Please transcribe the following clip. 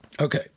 Okay